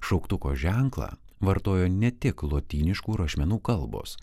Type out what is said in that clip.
šauktuko ženklą vartojo ne tik lotyniškų rašmenų kalbos